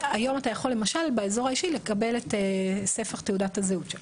היום אתה יכול למשל באזור האישי לקבל את ספח תעודת הזהות שלך,